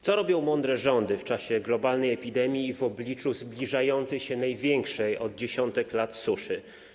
Co robią mądre rządy w czasie globalnej epidemii i w obliczu zbliżającej się, największej od dziesiątków lat suszy?